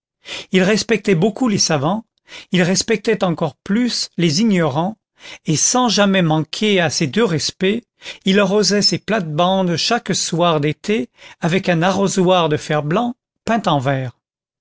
il respectait beaucoup les savants il respectait encore plus les ignorants et sans jamais manquer à ces deux respects il arrosait ses plates-bandes chaque soir d'été avec un arrosoir de fer-blanc peint en vert